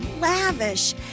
lavish